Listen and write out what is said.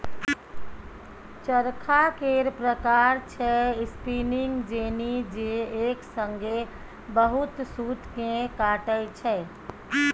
चरखा केर प्रकार छै स्पीनिंग जेनी जे एक संगे बहुत सुत केँ काटय छै